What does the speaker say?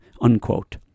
unquote